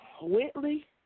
Whitley